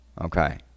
Okay